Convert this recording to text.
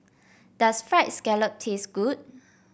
does fried scallop taste good